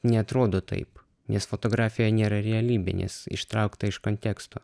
neatrodo taip nes fotografija nėra realybė nes ištraukta iš konteksto